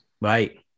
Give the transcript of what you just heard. Right